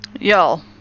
y'all